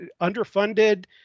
underfunded